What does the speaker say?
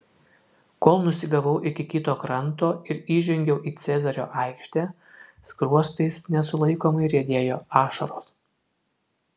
kol nusigavau iki kito kranto ir įžengiau į cezario aikštę skruostais nesulaikomai riedėjo ašaros